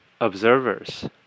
observers